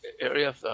area